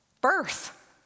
birth